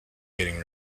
getting